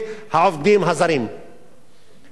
נגד מבקשי עבודה.